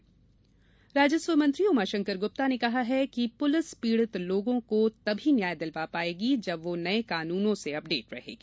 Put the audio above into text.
प्रशिक्षण कार्यक्रम राजस्व मंत्री उमाशंकर गुप्ता ने कहा है कि पुलिस पीड़ित लोगों को तभी न्याय दिलवा पायेगी जब वह नये कानूनों से अपडेट रहेगी